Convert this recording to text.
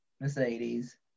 Mercedes